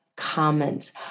comments